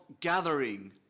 gathering